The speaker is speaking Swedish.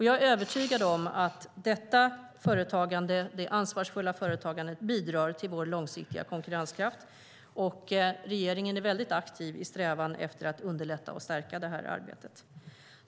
Jag är övertygad om att det ansvarsfulla företagandet bidrar till vår långsiktiga konkurrenskraft. Regeringen är mycket aktiv i strävan efter att underlätta och stärka det här arbetet.